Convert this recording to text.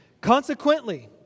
Consequently